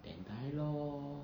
then die lor